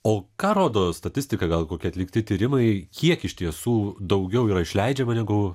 o ką rodo statistika gal kokie atlikti tyrimai kiek iš tiesų daugiau yra išleidžiama negu